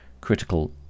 critical